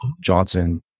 Johnson